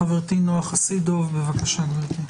חברתי נועה חסידוב, בבקשה גברתי.